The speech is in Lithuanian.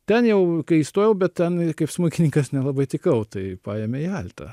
ten jau kai įstojau bet ten kaip smuikininkas nelabai tikau tai paėmė į altą